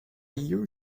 you